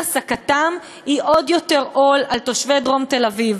אי-העסקתם היא עוד יותר עול על תושבי דרום תל-אביב,